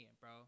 bro